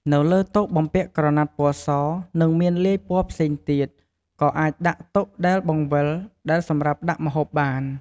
នៅលើតុបំពាក់ក្រណាត់ពណ៌ស និងមានលាយពណ៌ផ្សេងទៀត ក៏អាចដាក់តុដែលបង្វិលដែលសម្រាប់ដាក់ម្ហូបបាន។